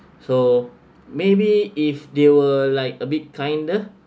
so maybe if they were like a bit kinder